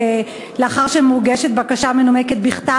לאחר שמוגשת בקשה מנומקת בכתב,